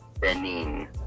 Benin